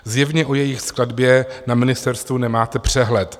Zjevně o jejich skladbě na ministerstvu nemáte přehled.